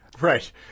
Right